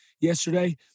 yesterday